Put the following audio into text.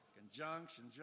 Conjunction